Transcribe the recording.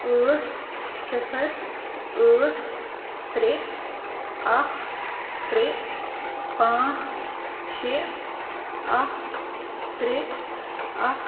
ٲٹھ صِفر ٲٹھ ترٛےٚ اکھ ترٛےٚ پانٛژھ شےٚ اکھ ترٛےٚ اکھ